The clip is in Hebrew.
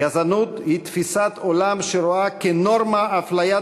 גזענות היא תפיסת עולם שרואה כנורמה אפליית